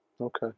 Okay